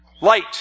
light